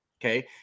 Okay